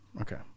Okay